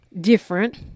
different